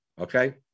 okay